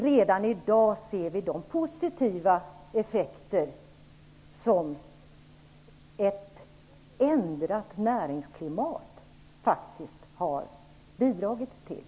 Redan i dag ser vi de positiva effekter som ett ändrat näringsklimat faktiskt har bidragit till.